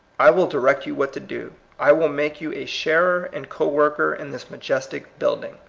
i will direct you what to do. i will make you a sharer and co-worker in this majestic building.